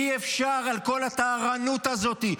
אי-אפשר עם כל הטהרנות הזאת,